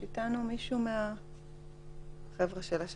יש איתנו מישהו מאנשי השטח?